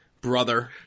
brother